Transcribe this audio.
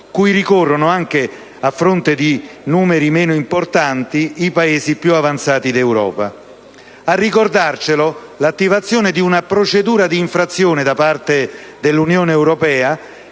cui ricorrono, anche a fronte di numeri meno importanti, i Paesi più avanzati d'Europa. A ricordarcelo vi è l'attivazione di una procedura d'infrazione da parte dell'Unione europea,